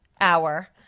hour